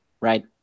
Right